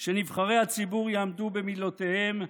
שנבחרי הציבור יעמדו במילותיהם,